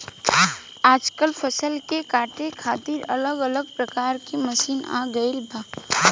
आजकल फसल के काटे खातिर अलग अलग प्रकार के मशीन आ गईल बा